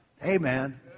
Amen